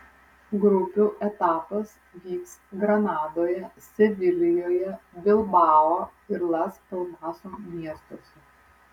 grupių etapas vyks granadoje sevilijoje bilbao ir las palmaso miestuose